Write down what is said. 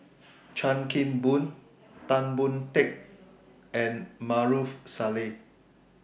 Chan Kim Boon Tan Boon Teik and Maarof Salleh